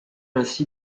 ainsi